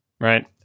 right